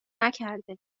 نکرده